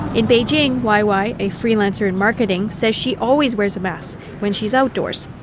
in beijing, wai wai, a freelancer in marketing, said she always wears a mask when she's outdoors,